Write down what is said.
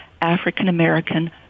African-American